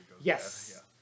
Yes